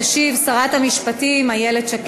תשיב שרת המשפטים איילת שקד.